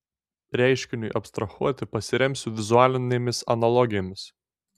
reiškiniui abstrahuoti pasiremsiu vizualinėmis analogijomis